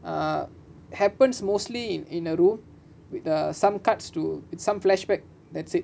ah happens mostly in in a room with the some cuts to it some flashback that's it